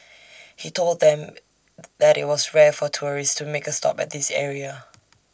he told them that IT was rare for tourists to make A stop at this area